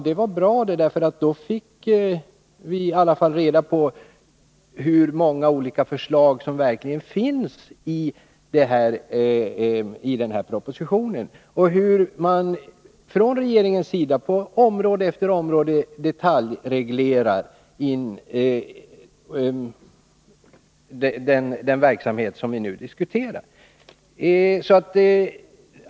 Det var bra, därför att på det sättet fick vi veta hur många förslag som framläggs i propositionen och hur regeringen på område efter område vill detaljreglera den verksamhet som vi nu diskuterar.